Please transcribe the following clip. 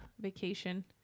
vacation